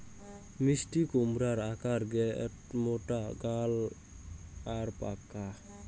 মিষ্টিকুমড়ার আকার প্যাটমোটা গোল আর পাকা